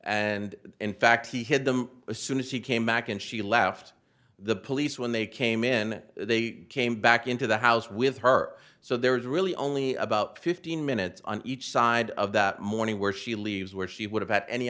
and in fact he hid them as soon as he came back and she left the police when they came in they came back into the house with her so there's really only about fifteen minutes on each side of that morning where she leaves where she would have at any